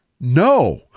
no